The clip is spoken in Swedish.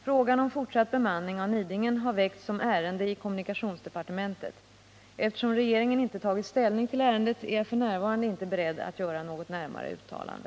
Frågan om fortsatt bemanning av Nidingen har väckts som ärende i kommunikationsdepartementet. Eftersom regeringen inte tagit ställning till ärendet är jag f. n. inte beredd att göra något närmare uttalande.